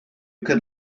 can